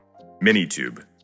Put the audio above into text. Minitube